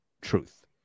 truth